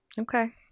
Okay